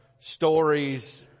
stories